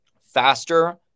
faster